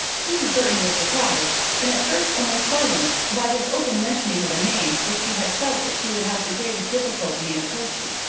mrs. burton was surprised, and at first almost silenced, by this open mentioning of a name which she had felt that she would have the greatest difficulty in approaching.